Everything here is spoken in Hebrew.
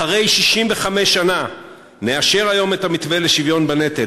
אחרי 65 שנה נאשר היום את המתווה לשוויון בנטל.